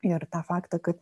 ir tą faktą kad